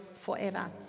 forever